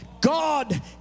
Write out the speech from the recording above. God